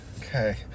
Okay